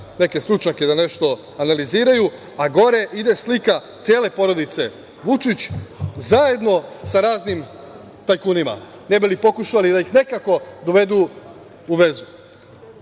neke stručnjake da nešto analiziraju, a gore ide slika cele porodice Vučić zajedno sa raznim tajkunima, ne bi li pokušali da ih nekako dovedu u vezu.